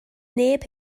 neb